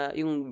yung